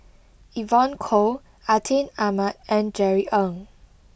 Evon Kow Atin Amat and Jerry Ng